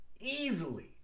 easily